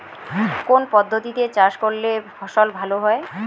কোন পদ্ধতিতে চাষ করলে ফসল ভালো হয়?